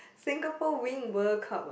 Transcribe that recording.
Singapore win World-Cup ah